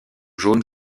jaune